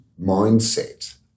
mindset